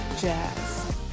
jazz